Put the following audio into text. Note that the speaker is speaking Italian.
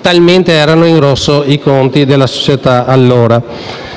talmente erano in rosso. Siamo ancora